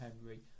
Henry